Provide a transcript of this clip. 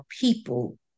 people